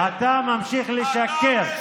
אתה ממשיך לשקר.